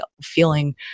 feeling